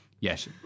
yes